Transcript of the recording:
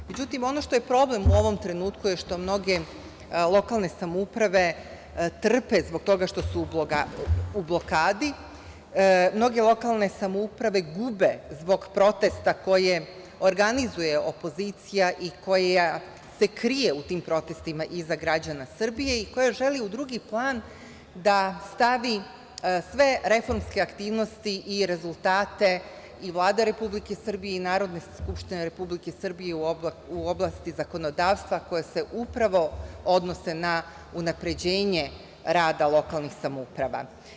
Međutim, ono što je problem u ovom trenutku je što mnoge lokalne samouprave trpe zbog toga što su u blokadi, mnoge lokalne samouprave gube zbog protesta koje organizuje opozicija i koja se krije u tim protestima iza građana Srbije i koja želi u drugi plan da stavi sve reformske aktivnosti i rezultate i Vlade Republike Srbije i Narodne skupštine Republike Srbije u oblasti zakonodavstva koje se upravo odnose na unapređenje rada lokalnih samouprava.